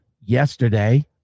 yesterday